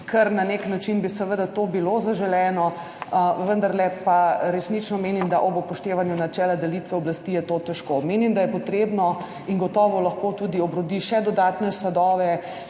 bilo na nek način seveda to zaželeno, vendarle pa resnično menim, da je ob upoštevanju načela delitve oblasti to težko. Menim, da je treba, in gotovo lahko obrodi še dodatne sadove,